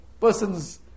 person's